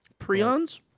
Prions